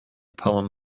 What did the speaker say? poem